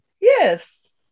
yes